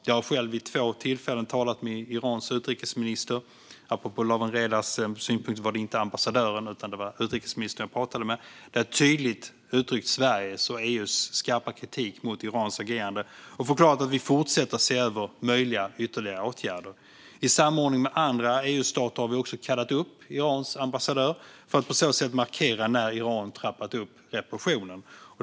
Jag har själv vid två tillfällen talat med Irans utrikesminister. Det var inte ambassadören utan utrikesministern jag talade med, apropå Lawen Redars synpunkter. Jag har då tydligt uttryckt Sveriges och EU:s skarpa kritik mot Irans agerande och förklarat att vi fortsätter att se över möjliga ytterligare åtgärder. I samordning med andra EU-stater har vi också kallat upp Irans ambassadör för att på så sätt markera när Iran trappat upp repressionen.